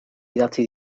idatzi